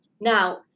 Now